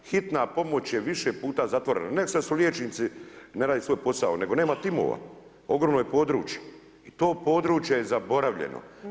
Hitina pomoć je više puta zatvorena, ne što liječnici ne rade svoj posao nego nema timova, ogromno je područje i to područje je zaboravljeno.